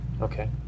Okay